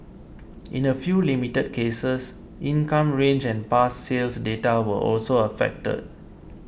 in a few limited cases income range and past sales data were also affected